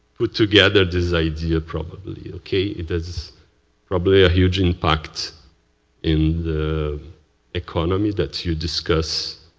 put together this idea, probably. okay? it is probably a huge impact in the economy that you discuss.